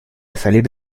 salir